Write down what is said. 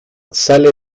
sale